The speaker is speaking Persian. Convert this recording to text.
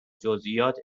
جزئیات